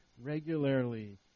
regularly